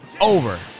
over